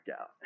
out